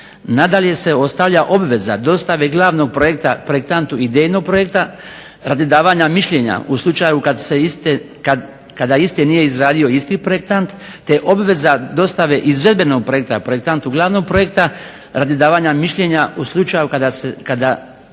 Nadalje se ostavlja obveza dostave glavnog projekta projektantu idejnog projekta radi davanja mišljenja u slučaju kada iste nije izradio isti projektant te obveza dostave izvedbenog projekta projektantu glavnog projekta radi davanja mišljenja u slučaju kada iste nije izradio